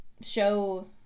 show